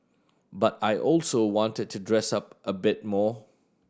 but I also wanted to dress up a bit more